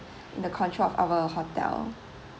in the contract of our hotel